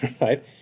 right